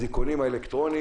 האלקטרוניים,